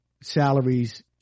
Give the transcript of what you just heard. salaries